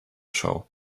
show